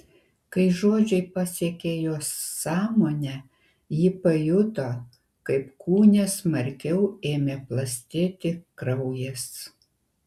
kai žodžiai pasiekė jos sąmonę ji pajuto kaip kūne smarkiau ėmė plastėti kraujas